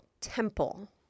Temple